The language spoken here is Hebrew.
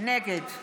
נגד